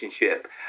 relationship